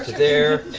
there.